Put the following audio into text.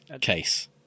case